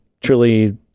truly